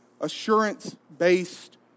assurance-based